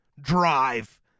drive